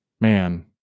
man